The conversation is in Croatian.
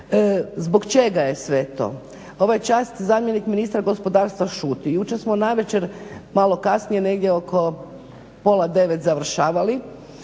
zbog čega je sve to. Ovo je čast, zamjenik ministra gospodarstva šuti. Jučer smo navečer malo kasnije, negdje oko pola 9 završavali